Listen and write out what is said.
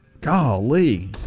Golly